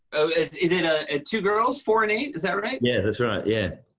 is it ah ah two girls, four and eight? is that right? yeah that's right, yeah.